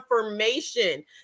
confirmation